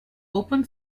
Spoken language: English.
open